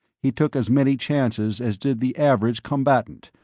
he took as many chances as did the average combatant,